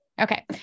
Okay